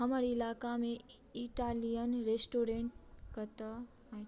हमर इलाकामे Italian restaurant कतय अछि